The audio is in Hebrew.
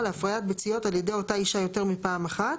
להפריית ביציות על ידי אותה אישה יותר מפעם אחת